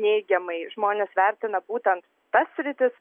neigiamai žmonės vertina būtent tas sritis